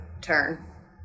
turn